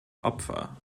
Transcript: opfer